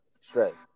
stress